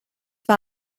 war